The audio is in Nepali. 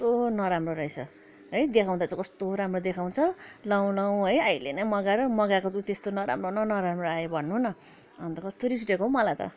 कस्तो नराम्रो रहेछ है देखाउँदा चाहिँ कस्तो राम्रो देखाउँछ लाउँ लाउँ है अहिले ने मगाएर मगाएको त्यो त्यस्तो नराम्रो न नराम्रो आयो भन्नु न अन्त कस्तो रिस उठेको हौ मलाई त